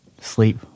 sleep